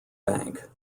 bank